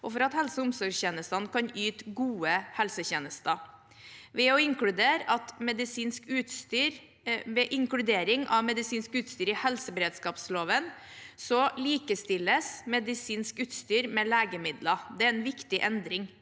og for at helse- og omsorgstjenestene kan yte gode helsetjenester. Ved inkludering av medisinsk utstyr i helseberedskapsloven likestilles medisinsk utstyr med legemidler. Det er en viktig endring.